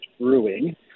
brewing